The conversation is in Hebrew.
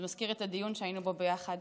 זה מזכיר את הדיון שהיינו בו ביחד.